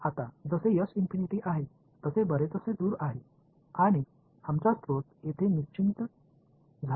आता जसे आहे तसे बरेचसे दूर आहे आणि आमचा स्रोत येथे निश्चित झाला आहे